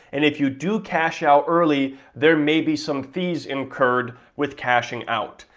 and if you do cash out early there may be some fees incurred with cashing out.